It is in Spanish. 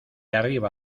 arriba